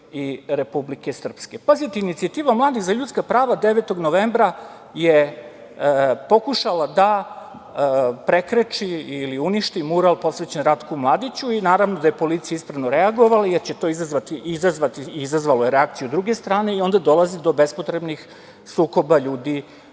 i Republike Srpske. Pazite, Inicijativa mladih za ljudska prava, 9. novembra je pokušala da prekreči, ili uništi mural posvećen Ratku Mladiću, i naravno, da je policija ispravno reagovala, jer će to izazvati, i izazvalo je reakciju druge strane, i onda dolazi do bespotrebnih sukoba ljudi